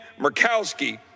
Murkowski